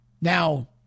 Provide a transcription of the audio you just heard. Now